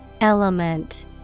Element